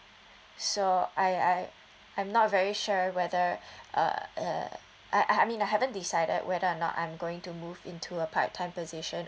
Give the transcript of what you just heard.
so I I I'm not very sure whether uh uh uh I I mean I haven't decided whether or not I'm going to move into a part time position